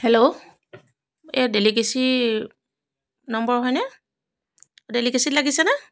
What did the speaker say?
hello এয়া ডেলিকেছিৰ number হয়নে ডেলিকেছিত লাগিছেনে